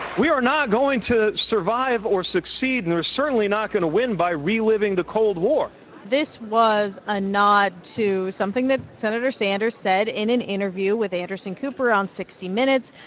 we are not going to survive or succeed, and they're certainly not going to win by reliving the cold war this was a nod to something that senator sanders said in an interview with anderson cooper on sixty minutes,